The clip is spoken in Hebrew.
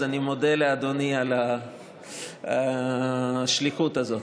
אז אני מודה לאדוני על השליחות הזאת.